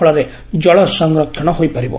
ଫଳରେ ଜଳ ସଂରକ୍ଷଣ ହୋଇପାରିବ